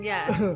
Yes